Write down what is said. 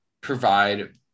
provide